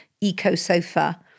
eco-sofa